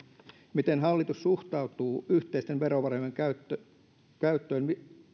miten hallitus suhtautuu yhteisten verovarojen käyttöön käyttöön